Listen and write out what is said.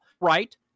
right